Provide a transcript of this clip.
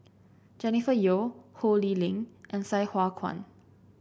Jennifer Yeo Ho Lee Ling and Sai Hua Kuan